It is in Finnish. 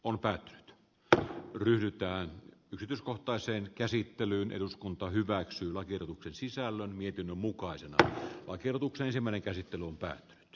odotan tätä yllytään yrityskohtaiseen käsittelyyn eduskunta hyväksyi lakiehdotuksen sisällön mietinnön mukaisen oikeutuksen ensimmäinen käsitteluun sanoa ääneen